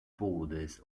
borders